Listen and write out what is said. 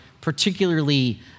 particularly